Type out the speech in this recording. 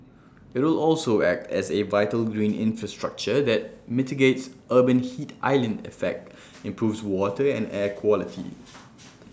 IT will also act as A vital green infrastructure that mitigates urban heat island effect improves water and air quality